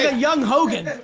ah young hogan.